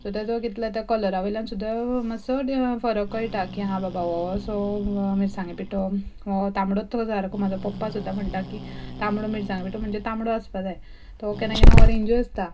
so तेचो कितले ते कलरावयल्यान सुद्दां मातसो डि फरक कळटा की हां बाबा हो असो मिरसांगे पिठो हो तांबडोच हो सारको म्हाजो पप्पा सुद्दां म्हणटा की तांबडो मिरसांगे पिठो म्हणजे तांबडो आसपा जाय तो केन्ना केन्ना ओरेंजूय आसता